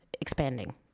expanding